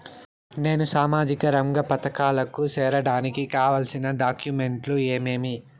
నేను సామాజిక రంగ పథకాలకు సేరడానికి కావాల్సిన డాక్యుమెంట్లు ఏమేమీ?